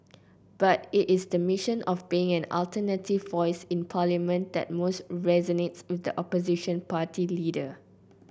but it is the mission of being an alternative voice in Parliament that most resonates with the opposition party leader